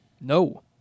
No